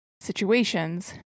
situations